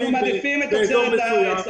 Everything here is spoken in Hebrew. אנחנו מעדיפים את תוצרת הארץ.